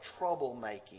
troublemaking